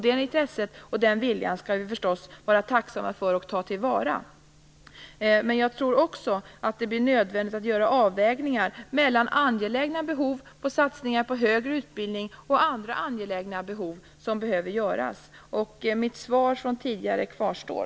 Det intresset och den viljan skall vi förstås vara tacksamma för och ta till vara. Vidare tror jag att det blir nödvändigt att göra avvägningar mellan angelägna behov av satsningar på högre utbildning och andra angelägna behov. Mitt svar från tidigare kvarstår.